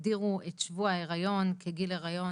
הגדירו את שבוע ההיריון כגיל ההיריון